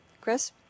Chris